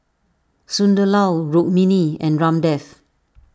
Sunderlal Rukmini and Ramdev